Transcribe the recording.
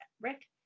Rick